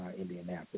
Indianapolis